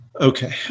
Okay